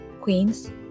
Queens